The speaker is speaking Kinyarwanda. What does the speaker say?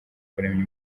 kuramya